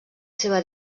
seva